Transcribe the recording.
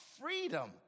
freedom